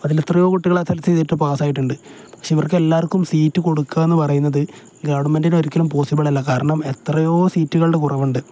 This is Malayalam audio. അതിൽ എത്രയോ കുട്ടികളെ എസ് എൽ സി പക്ഷേ ഇവർക്ക് എല്ലാവർക്കും സീറ്റ് കൊടുക്കാമെന്ന് പറയുന്നത് ഗവൺമെൻ്റിന് ഒരിക്കലും പോസിബിൾ അല്ല കാരണം എത്രയോ സീറ്റുകളുടെ കുറവുണ്ട്